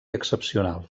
excepcional